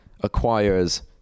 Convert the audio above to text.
acquires